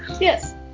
Yes